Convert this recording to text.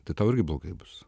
tai tau irgi blogai bus